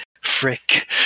Frick